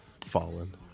fallen